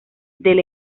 del